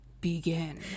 Begin